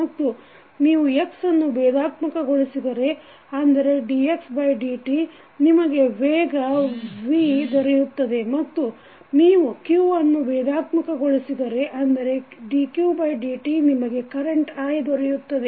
ಮತ್ತು ನೀವು x ಅನ್ನು ಭೇಧಾತ್ಮಕಗೊಳಿಸಿದರೆ ಅಂದರೆdxdt ನಿಮಗೆ ವೇಗ v ದೊರೆಯುತ್ತದೆ ಮತ್ತು ನೀವು q ಅನ್ನು ಬೇಧಾತ್ಮಕಗೊಳಿಸಿದರೆ ಅಂದರೆ dqdt ನಿಮಗೆ ಕರೆಂಟ್ i ದೊರೆಯುತ್ತದೆ